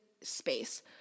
space